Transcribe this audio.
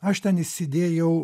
aš ten įsidėjau